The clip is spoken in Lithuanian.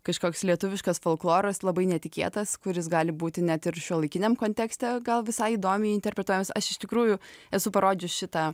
kažkoks lietuviškas folkloras labai netikėtas kuris gali būti net ir šiuolaikiniam kontekste gal visai įdomiai interpretuojamas aš iš tikrųjų esu parodžius šitą